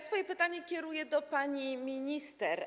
Swoje pytanie kieruję do pani minister.